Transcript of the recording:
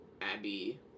Abby